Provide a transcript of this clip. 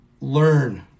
learn